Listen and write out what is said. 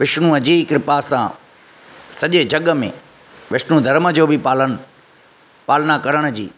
विष्णूअ जी कृपा सां सॼे जग में विष्णू धर्म जो बि पालन पालना करण जी